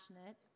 passionate